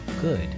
good